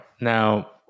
Now